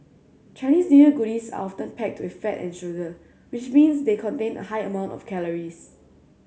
Chinese New Year goodies are often packed with fat and sugar which means they contain a high amount of calories